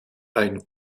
ein